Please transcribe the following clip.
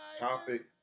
topic